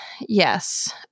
yes